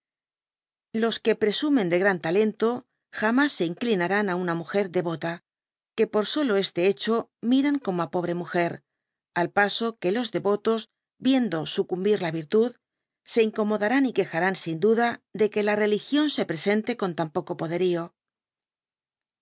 los que presumen de gran talento jamas se indinarán á una múger devota que por solo este hecho miran como á pobre múger al paso que los devotos viendo suctunbir la virtud se incomodarán y quejarán sin duda de que la religión se presente con tan poco poderío